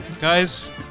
Guys